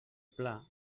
pla